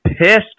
pissed